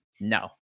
no